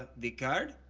the card?